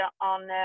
on